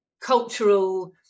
cultural